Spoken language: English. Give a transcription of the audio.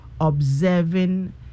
observing